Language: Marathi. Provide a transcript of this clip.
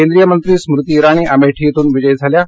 केंद्रीय मंत्री स्मृति इराणी अमेठी इथून विजयी झाल्या आहेत